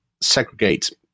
segregate